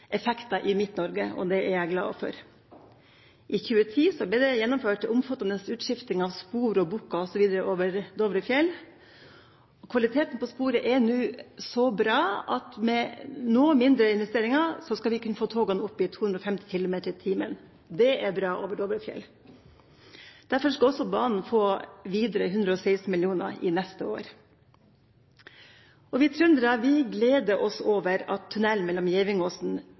effekter i Midt-Norge, og det er jeg glad for. I 2010 ble det gjennomført en omfattende utskifting av spor og bukker osv. over Dovrefjell. Kvaliteten på sporet er nå så bra at med noen mindre investeringer skal vi kunne få togene opp i 250 km/t. Det er bra over Dovrefjell. Derfor skal også banen få videre 116 mill. kr neste år. Og vi trøndere gleder oss over at tunnelen mellom Gevingåsen